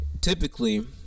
typically